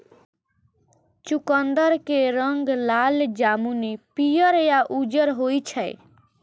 चुकंदर के रंग लाल, जामुनी, पीयर या उज्जर होइ छै